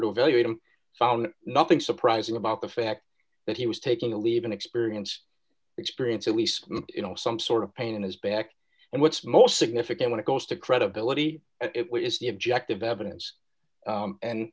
to evaluate him found nothing surprising about the fact that he was taking aleve and experienced experience at least you know some sort of pain in his back and what's more significant when it goes to credibility which is the objective evidence